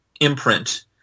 imprint